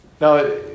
Now